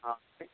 ہاں